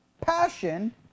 passion